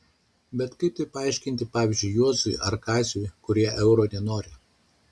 bet kaip tai paaiškinti pavyzdžiui juozui ar kaziui kurie euro nenori